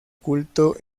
culto